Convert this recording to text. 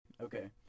Okay